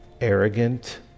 arrogant